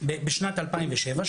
בשנת 2007,